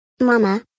Mama